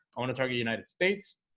i want to target united states